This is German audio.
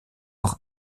auch